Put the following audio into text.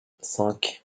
cinq